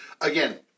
again